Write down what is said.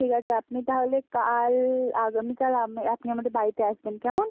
ঠিক আছে আপনি তাহলে কাল আগামীকাল আপনি আমাদের বাড়িতে আসবেন কেমন